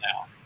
now